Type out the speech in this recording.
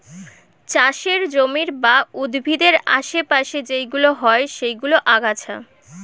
চাষের জমির বা উদ্ভিদের আশে পাশে যেইগুলো হয় সেইগুলো আগাছা